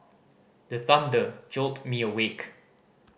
the thunder jolt me awake